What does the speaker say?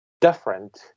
different